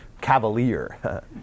cavalier